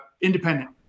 independent